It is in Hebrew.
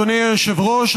אדוני היושב-ראש,